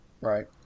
Right